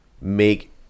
make